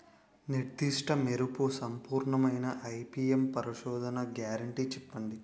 నిర్దిష్ట మెరుపు సంపూర్ణమైన ఐ.పీ.ఎం పరిశోధన గ్యారంటీ చెప్పండి?